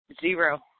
zero